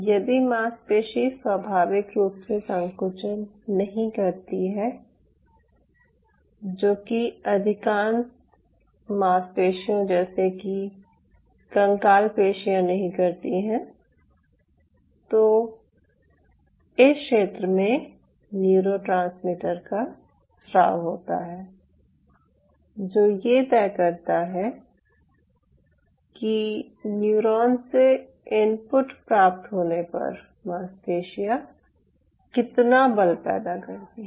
यदि मांसपेशी स्वाभाविक रूप से संकुचन नहीं करती है जो कि हमारी अधिकांश मांसपेशियां जैसे कि कंकाल पेशियाँ नहीं करती हैं तो इस क्षेत्र में न्यूरोट्रांसमीटर का स्राव होता है जो ये तय करता है कि न्यूरॉन से इनपुट प्राप्त होने पर मांसपेशियां कितना बल पैदा करती हैं